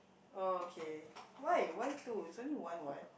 oh okay why why two it's only one what